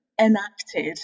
enacted